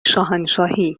شاهنشاهی